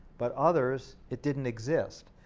but others, it didn't exist,